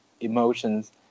emotions